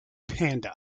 panda